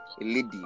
lady